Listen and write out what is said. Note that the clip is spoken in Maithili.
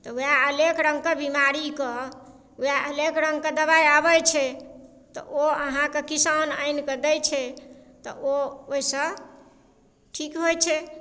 तऽ ओएह अनेक रङ्गके बीमारीके ओएह अनेक रङ्गके दबाइ आबै छै तऽ ओ अहाँके किसान आनिकऽ दै छै तऽ ओ ओइसँ ठीक होइ छै